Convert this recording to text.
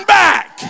back